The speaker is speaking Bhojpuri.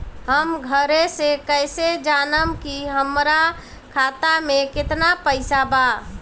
हम घरे से कैसे जानम की हमरा खाता मे केतना पैसा बा?